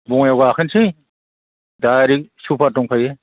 बङायाव गाखोनोसै दाइरेक्ट सुफार दंखायो